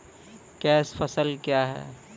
Cash फसल क्या हैं?